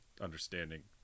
understanding